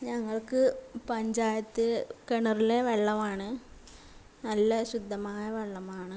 ഞങ്ങൾക്ക് പഞ്ചായത്ത് കിണറിലെ വെള്ളമാണ് നല്ല ശുദ്ധമായ വെള്ളമാണ്